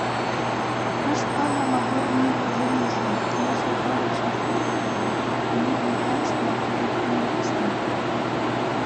aš ponia labiau myliu luizą jūsų brolio sužadėtinę ji rimtesnė protingesnė